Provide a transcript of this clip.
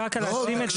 רק להשלים את זה.